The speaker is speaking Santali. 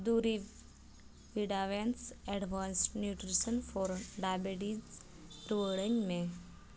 ᱫᱩᱨᱤᱵᱽ ᱵᱷᱤᱰᱟᱵᱷᱮᱱᱥ ᱮᱰᱵᱷᱟᱱᱥ ᱱᱤᱭᱩᱴᱨᱤᱥᱚᱱ ᱯᱷᱚᱨ ᱰᱟᱭᱵᱮᱴᱤᱥ ᱨᱩᱣᱟᱹᱲᱟᱹᱧ ᱢᱮ